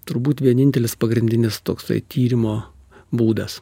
turbūt vienintelis pagrindinis toksai tyrimo būdas